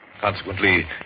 Consequently